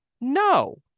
No